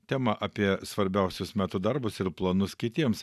temą apie svarbiausius metų darbus ir planus kitiems